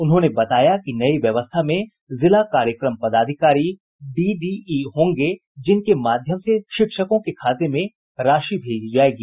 उन्होंने बताया कि नई व्यवस्था में जिला कार्यक्रम पदाधिकारी डीडीई होंगे जिनके माध्यम से शिक्षकों के खाते में राशि भेजी जायेगी